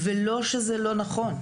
ולא שזה לא נכון,